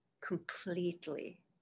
completely